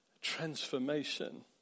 transformation